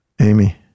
Amy